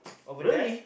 over there